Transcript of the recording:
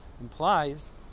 implies